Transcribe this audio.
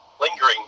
lingering